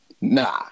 Nah